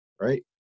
right